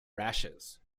rashes